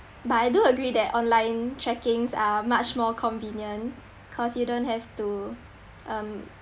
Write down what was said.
but I do agree that online trackings are much more convenient cause you don't have to um